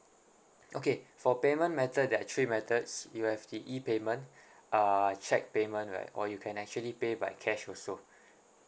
okay for payment method there are three methods you have the E payment uh cheque payment right or you can actually pay by cash also